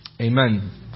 Amen